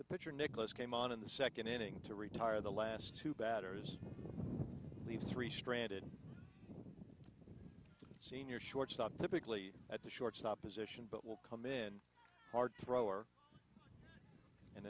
the pitcher nicklaus came on in the second inning to retire the last two batters leaves three stranded senior shortstop typically at the shortstop position but will come in hard thrower and